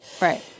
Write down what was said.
Right